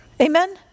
Amen